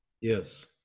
Yes